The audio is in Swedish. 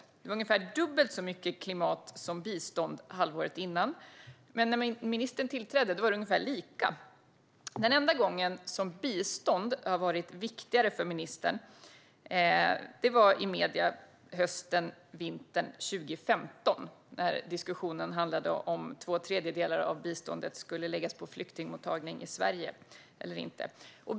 Det var ungefär dubbelt så mycket klimat som bistånd halvåret innan. Men när ministern tillträdde var det ungefär lika. Den enda gången som bistånd var viktigare för ministern i medierna var hösten/vintern 2015. Då handlade diskussionen om huruvida två tredjedelar av biståndet skulle läggas på flyktingmottagning i Sverige eller inte.